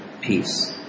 peace